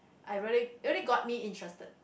I really really got me interested